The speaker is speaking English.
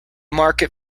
market